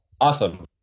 awesome